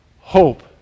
hope